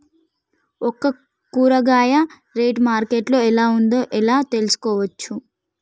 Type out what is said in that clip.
ఒక కూరగాయ rate market లో ఎలా ఉందో ఎలా తెలుసుకోవచ్చు?